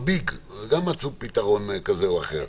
"ביג" גם מצאו פתרון כזה או אחר.